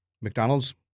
McDonald's